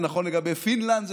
זה נכון לגבי פינלנד,